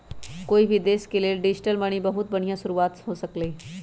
कोई भी देश के लेल डिजिटल मनी बहुत बनिहा शुरुआत हो सकलई ह